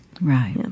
Right